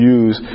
use